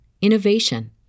innovation